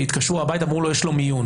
שהתקשרו הביתה ואמרו לו שיש לו מיון,